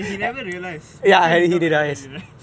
and he never realise mister lingam never really realise